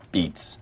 Beats